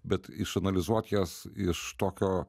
bet išanalizuot jas iš tokio